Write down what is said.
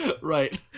right